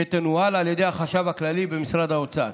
שתנוהל על ידי החשב הכללי במשרד האוצר.